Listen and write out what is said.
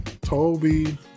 Toby